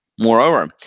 Moreover